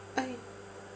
okay